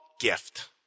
gift